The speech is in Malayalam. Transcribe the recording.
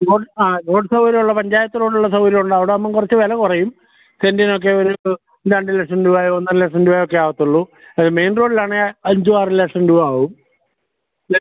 റോഡ് ആ റോഡ് സൗകര്യമുള്ള പഞ്ചായത്ത് റോഡ് ഉള്ള സൗകര്യം ഉണ്ട് അവിടെ ആവുമ്പം കുറച്ച് വില കുറയും സെൻറിനൊക്കെ ഒരു രണ്ട് ലക്ഷം രൂപയോ ഒന്നര ലക്ഷം രൂപയൊക്കെ ആവുള്ളൂ മെയിൻ റോഡിൽ ആണെങ്കിൽ അഞ്ചും ആറും ലക്ഷം രൂപ ആവും ല